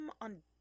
on